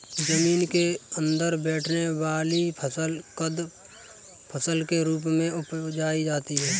जमीन के अंदर बैठने वाली फसल कंद फसल के रूप में उपजायी जाती है